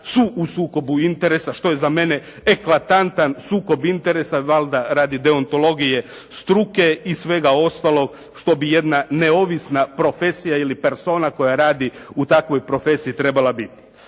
su u sukobu interesa što je za mene eklatantan sukob interesa valjda radi deontologije struke i svega ostalog što bi jedna neovisna profesija ili persona koja radi u takvoj profesiji trebala biti.